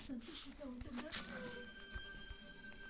నా debit card తో payment ఐతలేవ్ అండ్ల పైసల్ ఉన్నయి ఎందుకు ఐతలేవ్?